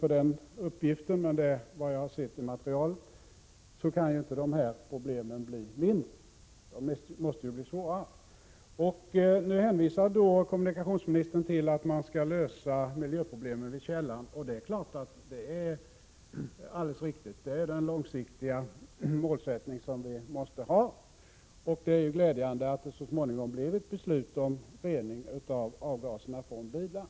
Siffran 3 miljoner bilar per år har nämnts i materialet — jag vill dock inte gå i god för den uppgiften. Kommunikationsministern hänvisar till att man skall lösa miljöproblemen vid källan. Det är naturligtvis riktigt, och det är den långsiktiga målsättningen vi måste ha. Det är glädjande att det så småningom blev ett beslut om rening av avgaserna från bilar.